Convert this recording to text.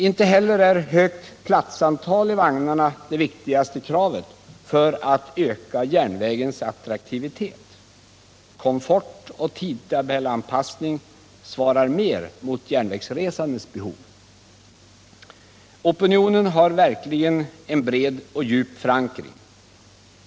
Inte heller är högt platsantal i vagnarna det viktigaste kravet för att öka järnvägens attraktivitet. Komfort och tidtabellanpassning svarar mer mot de järnvägsresandes behov. Opinionen har verkligen en bred och djup förankring.